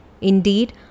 Indeed